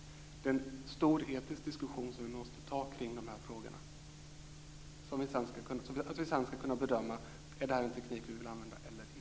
Det är en stor etisk diskussion som vi måste föra kring dessa frågor för att vi sedan skall kunna bedöma om det är den tekniken som vi vill använda eller inte.